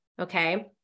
okay